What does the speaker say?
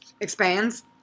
expands